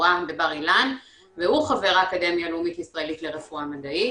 לרפואה בבר אילן והוא חבר האקדמיה הלאומית ישראלית לרפואה מדעית,